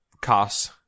Cars